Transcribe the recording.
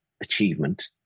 achievement